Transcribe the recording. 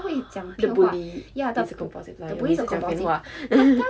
the bully he's a compulsive liar 每次讲骗话